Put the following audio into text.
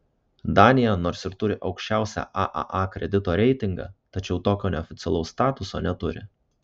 danija nors ir turi aukščiausią aaa kredito reitingą tačiau tokio neoficialaus statuso neturi